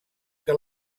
que